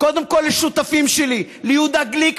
קודם כול לשותפים שלי: ליהודה גליק,